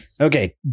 Okay